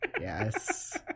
Yes